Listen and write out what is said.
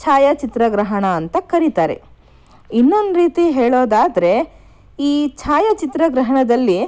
ಛಾಯಾಚಿತ್ರಗ್ರಹಣ ಅಂತ ಕರೀತಾರೆ ಇನ್ನೊಂದು ರೀತಿ ಹೇಳೋದಾದ್ರೆ ಈ ಛಾಯಾಚಿತ್ರಗ್ರಹಣದಲ್ಲಿ